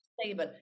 stable